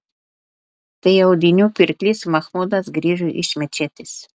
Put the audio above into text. tai audinių pirklys machmudas grįžo iš mečetės